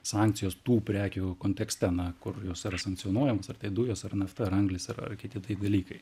sankcijos tų prekių kontekste na kur jos yra sankcionuojamos ar tai dujos ar nafta ar anglys ar kiti tai dalykai